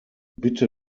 bitte